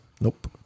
Nope